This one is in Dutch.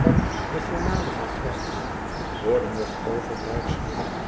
an de voormalige grachten worden nog overblijfselen